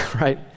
right